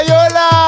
Yola